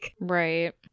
Right